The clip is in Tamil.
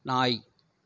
நாய்